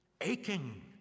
Aching